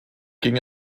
ging